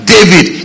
David